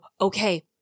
okay